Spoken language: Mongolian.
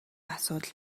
асуудал